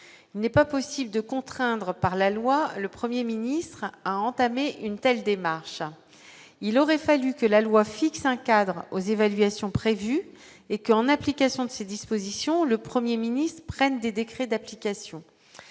n'est pas possible de contraindre par la loi le 1er ministre a entamé une telle démarche, il aurait fallu que la loi fixe un cadre aux évaluations prévues et que, en application de ces dispositions, le 1er ministre prenne des décrets d'application,